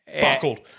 Buckled